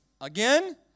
again